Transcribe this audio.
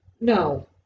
No